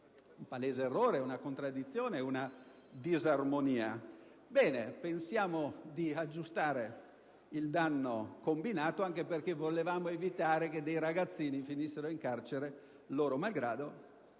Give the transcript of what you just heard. un palese errore, una contraddizione, una disarmonia. Pensiamo di aggiustare il danno combinato, anche perché volevamo evitare che dei ragazzini finissero in carcere loro malgrado;